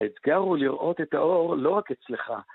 האתגר הוא לראות את האור, לא רק אצלך.